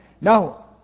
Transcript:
Now